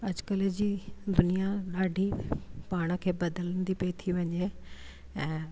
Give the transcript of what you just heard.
अॼुकल्ह जी दुनिया ॾाढी पाण खे बदलंदी पई थी वञे ऐं